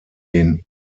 den